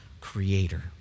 creator